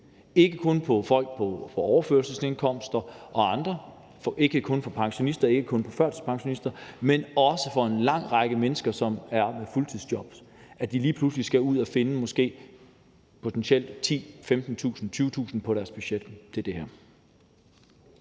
folk på overførselsindkomster og andre, ikke kun for pensionister, ikke kun for førtidspensionister, for det gælder også for en lang række andre mennesker, som er på fuldtidsjob, at de lige pludselig skal ud at finde potentielt 10.000, 15.000, 20.000 kr. på deres budget til det her.